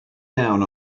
down